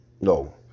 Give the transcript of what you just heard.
No